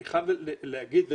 אני רוצה להחזיר אתכם,